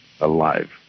Alive